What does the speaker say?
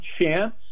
chance